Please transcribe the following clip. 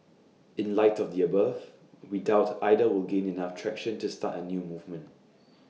in light of the above we doubt either will gain enough traction to start A new movement